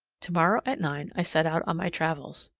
tomorrow at nine i set out on my travels,